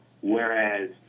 Whereas